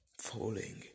falling